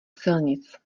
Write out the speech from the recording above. silnic